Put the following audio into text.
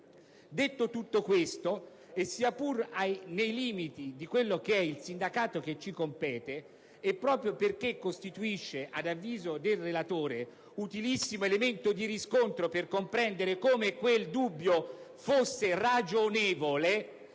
Detto tutto ciò, e sia pure nei limiti del sindacato che ci compete, e proprio perché costituisce, ad avviso del relatore, utilissimo elemento di riscontro per comprendere come quel dubbio fosse ragionevole,